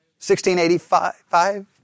1685